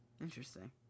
Interesting